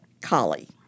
collie